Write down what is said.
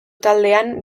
taldean